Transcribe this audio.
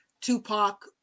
Tupac